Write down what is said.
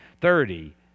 thirty